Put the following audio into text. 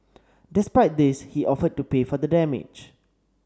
despite this he offered to pay for the damage